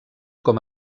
com